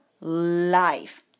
life